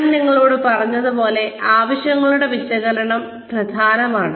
ഞാൻ നിങ്ങളോട് പറഞ്ഞതുപോലെ ആവശ്യങ്ങളുടെ വിശകലനം പ്രധാനമാണ്